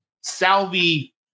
Salvi